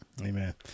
Amen